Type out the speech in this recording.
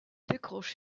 décroche